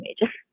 major